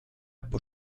por